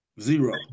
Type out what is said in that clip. Zero